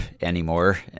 anymore